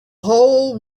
whole